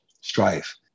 strife